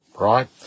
right